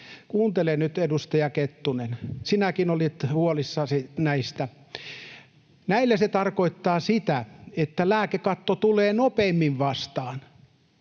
kuuntele nyt, edustaja Kettunen, sinäkin olit huolissasi heistä — niin heille se tarkoittaa sitä, että lääkekatto tulee nopeammin vastaan.